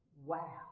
wow